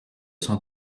son